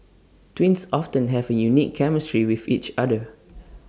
twins often have A unique chemistry with each other